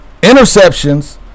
interceptions